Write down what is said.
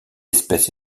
espèce